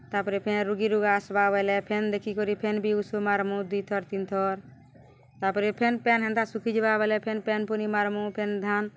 ତା'ପରେ ଫେନ୍ ରୁଗୀ ରୁଗା ଆସ୍ବା ବଏଲେ ଫେନ୍ ଦେଖିକରି ଫେନ୍ ବି ଉଷୁ ମାର୍ମୁ ଦୁଇ ଥର ତିନ୍ ଥର ତା'ପରେ ଫେନ୍ ପେନ୍ ହେନ୍ତା ଶୁଖିଯିବା ବଲେ ଫେନ୍ ପେନ୍ ପୁନି ମାର୍ମୁ ଫେନ୍ ଧାନ୍